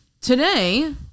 today